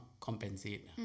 Compensate